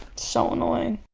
so annoying.